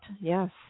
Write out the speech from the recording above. yes